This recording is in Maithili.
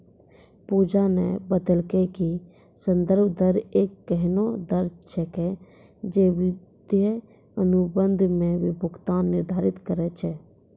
पूजा न बतेलकै कि संदर्भ दर एक एहनो दर छेकियै जे वित्तीय अनुबंध म भुगतान निर्धारित करय छै